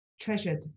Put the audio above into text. treasured